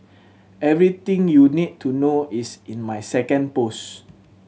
everything you need to know is in my second post